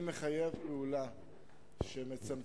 אני מחייב פעולה שמצמצמת